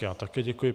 Já také děkuji.